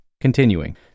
Continuing